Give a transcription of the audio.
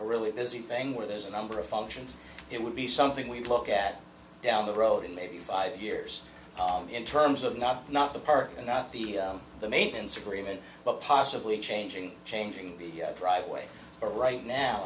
really busy thing where there's a number of functions it would be something we'd look at down the road in maybe five years in terms of not not the park and not the maintenance agreement but possibly changing changing the driveway but right now